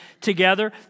together